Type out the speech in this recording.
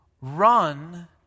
run